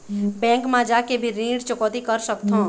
Bank मा जाके भी ऋण चुकौती कर सकथों?